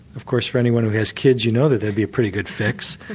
of course for anyone who has kids you know that that'd be pretty good fix.